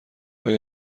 آیا